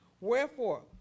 Wherefore